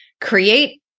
Create